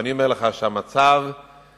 ואני אומר לך שמצב החינוך